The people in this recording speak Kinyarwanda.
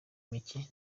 mike